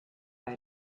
bei